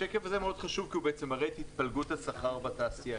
השקף הבא מאוד חשוב כי הוא מראה את התפלגות השכר בתעשייה,